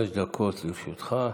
חמש דקות לרשותך.